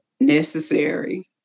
necessary